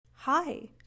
Hi